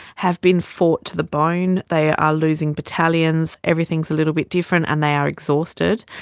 have been fought to the bone. they are losing battalions, everything is a little bit different and they are exhausted.